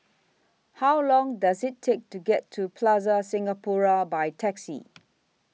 How Long Does IT Take to get to Plaza Singapura By Taxi